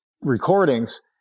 recordings